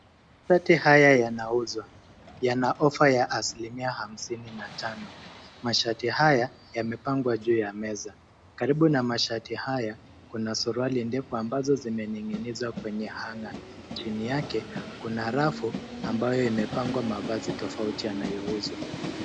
Shati haya yanauzwa. Yana ofa ya asilimia ya hamsini na tano. Mashati haya yamepangwa juu ya meza. Karibu na mashati haya, kuna suruali ndefu ambazo zinening'inizwa kwenye hang'a. Chini yake, kuna rafu, ambayo imepangwa mavazi tofauti yanayouzwa.